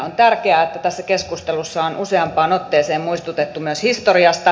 on tärkeää että tässä keskustelussa on useampaan otteeseen muistutettu myös historiasta